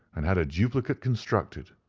and had a duplicate constructed.